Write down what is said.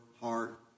heart